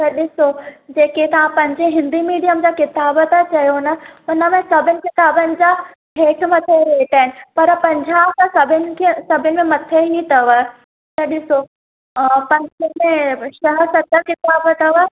त ॾिसो जेके तव्हां पंजे हिंदी मीडियम जा किताब था चयो ना हुन में सभिनी किताबनि जा हेठि मथे रेट आहिनि पर पंजा सभिनि खे सभिनि में मथे ई अथव त ॾिसो पंज सौ में छह सत किताब अथव